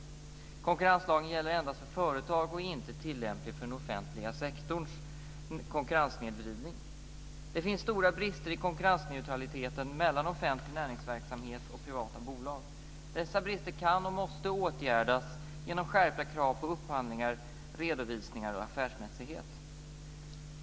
Konkurrenslagen gäller endast för företag och är inte tillämplig för den offentliga sektorns konkurrenssnedvridning. Det finns stora brister i konkurrensneutraliteten mellan offentlig näringsverksamhet och privata bolag. Dessa brister kan och måste åtgärdas genom skärpta krav på upphandlingar, redovisningar och affärsmässighet.